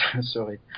sorry